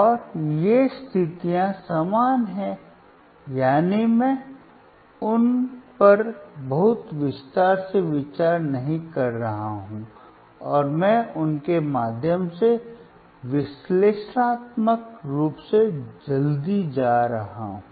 और ये स्थितियां समान हैं यानी मैं उन पर बहुत विस्तार से विचार नहीं कर रहा हूं और मैं उनके माध्यम से विश्लेषणात्मक रूप से जल्दी जा रहा हूं